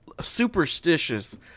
superstitious